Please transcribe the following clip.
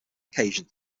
occasion